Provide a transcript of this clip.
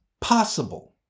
possible